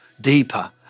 deeper